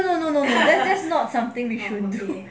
no no no no that's not something we should do